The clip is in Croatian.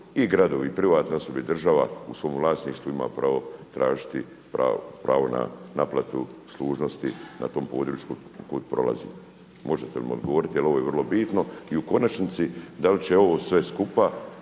i gradovi i pravna osoba i država u svom vlasništvu ima pravo tražiti pravo na naplatu služnosti na tom području kud prolazi. Možete li mi odgovoriti jel ovo je vrlo bitno? I u konačnici, da li će ovo sve skupa